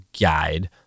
guide